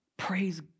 Praise